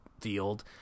field